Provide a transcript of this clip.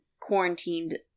quarantined